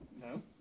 No